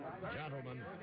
Gentlemen